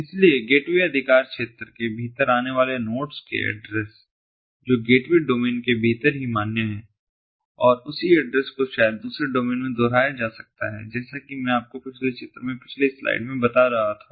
इसलिए गेटवे अधिकार क्षेत्र के भीतर आने वाले नोड्स के एड्रेस जो गेटवे डोमेन के भीतर ही मान्य हैं और उसी एड्रेस को शायद दूसरे डोमेन में दोहराया जा सकता है जैसा कि मैं आपको पिछले चित्र में पिछली स्लाइड में बता रहा था